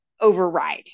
override